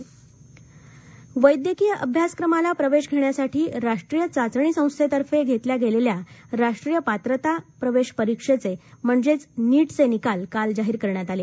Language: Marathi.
नीट परीक्षा निकाल वैद्यकीय अभ्यासक्रमाला प्रवेश घेण्यासाठी राष्ट्रीय चाचणी संस्थेतर्फे घेतल्या गेलेल्या राष्ट्रीय पात्रता आणि प्रवेश परीक्षेचे म्हणजेच नीटचे निकाल काल जाहीर करण्यात आले